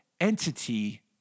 entity